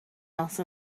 else